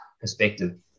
perspective